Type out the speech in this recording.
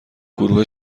گروه